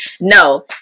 No